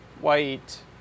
white